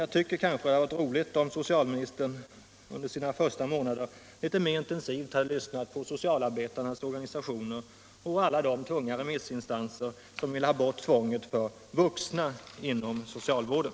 Det hade varit glädjande om herr Gustavsson under sina första månader som socialminister litet mer intensivt hade lyssnat till opinionen inom socialarbetarnas organisationer och inom alla de tunga remissinstanser som vill ha bort tvånget för vuxna inom socialvården.